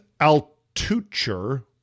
Altucher